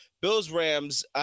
Bills-Rams